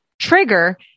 trigger